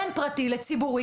בין פרטי לציבורי,